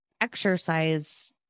exercise